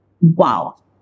wow